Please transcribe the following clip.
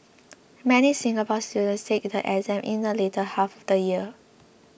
many Singapore students take the exam in the later half of the year